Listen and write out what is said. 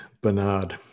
Bernard